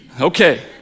Okay